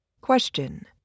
Question